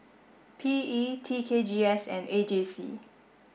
P E T K G S and A J C